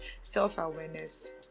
self-awareness